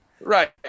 Right